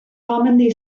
commonly